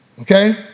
Okay